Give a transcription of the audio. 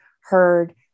heard